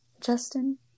Justin